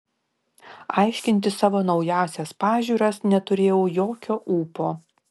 aiškinti savo naująsias pažiūras neturėjau jokio ūpo